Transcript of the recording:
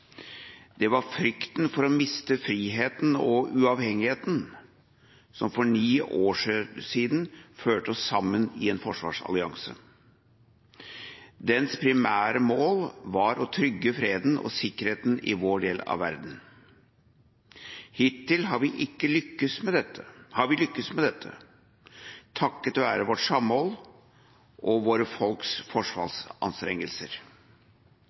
«Det var frykten for å miste frihet og uavhengighet som for 9 år siden førte oss sammen i en forsvarsallianse. Dens primære mål var å trygge freden og sikkerheten i vår del av verden. Hittil har vi lykkes med dette, takket være vårt samhold og våre folks forsvarsanstrengelser.